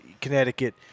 Connecticut